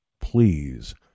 Please